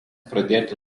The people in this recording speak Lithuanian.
pradėti